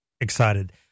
excited